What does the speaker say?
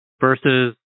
versus